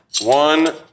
One